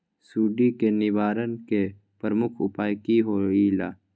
सुडी के निवारण के प्रमुख उपाय कि होइला?